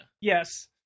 Yes